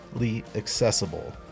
accessible